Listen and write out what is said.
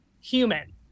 human